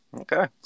Okay